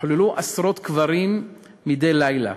יחוללו עשרות קברים מדי לילה,